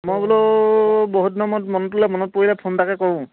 মই বোলো বহুত দিনৰ মূৰত মন্টুলৈ মনত পৰিলে ফোনটাকে কৰোঁ